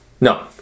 no